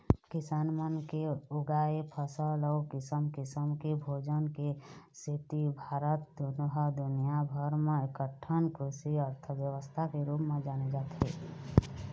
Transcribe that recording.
किसान मन के उगाए फसल अउ किसम किसम के भोजन के सेती भारत ह दुनिया भर म एकठन कृषि अर्थबेवस्था के रूप म जाने जाथे